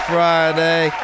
Friday